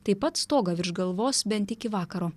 taip pat stogą virš galvos bent iki vakaro